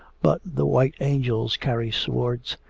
but the white angels carry swords,